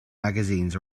magazines